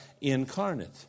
incarnate